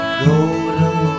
golden